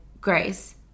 Grace